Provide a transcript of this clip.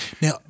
Now